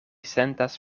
sentas